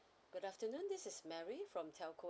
good afternoon this is mary from telco